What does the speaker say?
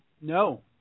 No